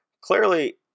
clearly